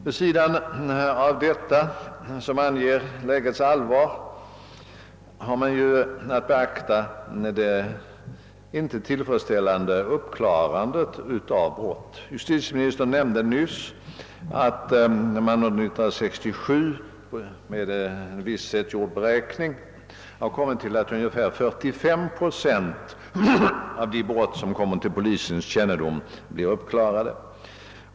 Vid sidan av detta, som anger lägets allvar, har man att beakta det icke tillfredsställande uppklarandet av brott. Justitieministern nämnde nyss att man under 1967 med på visst sätt gjord beräkning kommit fram till att ungefär 45 procent av de brott som kommer till polisens kännedom blir uppklarade.